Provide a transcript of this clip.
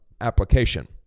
application